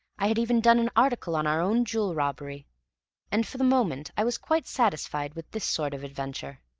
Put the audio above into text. i had even done an article on our own jewel robbery and for the moment i was quite satisfied with this sort of adventure.